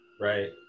Right